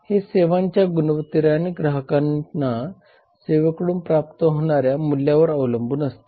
हे सेवांच्या गुणवत्तेवर आणि ग्राहकांना सेवेकडून प्राप्त होणाऱ्या मूल्यावर अवलंबून असते